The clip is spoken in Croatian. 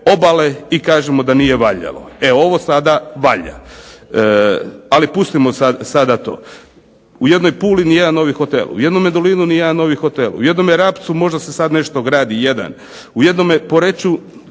obale, i kažemo da nije valjalo. E ovo sada valja. Ali pustimo sada to. U jednoj Puli nijedan novi hotela. U jednome Dolinu nijedan novi hotel. U jednome Rapcu, možda se sad nešto gradi, jedan.